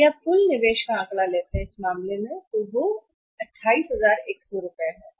यदि आप कुल निवेश कुल निवेश का आंकड़ा लेते हैं इस मामले में होने जा रहा है 28100 सही है